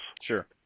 Sure